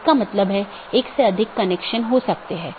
IGP IBGP AS के भीतर कहीं भी स्थित हो सकते है